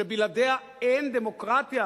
שבלעדיה אין דמוקרטיה,